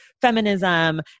Feminism